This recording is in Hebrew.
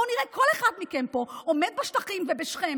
בואו נראה כל אחד מכם פה עומד בשטחים ובשכם